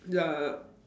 ya